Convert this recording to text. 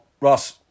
Ross